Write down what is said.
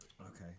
Okay